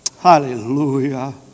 Hallelujah